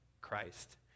Christ